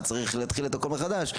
צריך להתחיל את הכול מחדש.